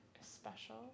special